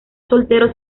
soltero